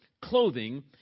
Clothing